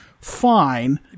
Fine